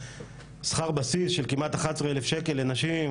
שכר בסיס של כמעט 11,000 שקל לנשים,